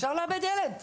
אפשר לאבד ילד.